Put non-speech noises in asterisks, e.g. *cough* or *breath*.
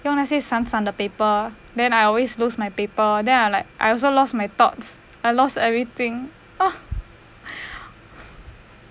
用那些散散的 paper then I always lose my paper then I like I also lost my thoughts I lost everything oh *breath*